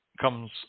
comes